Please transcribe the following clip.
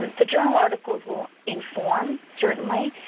the journal articles will inform, certainly,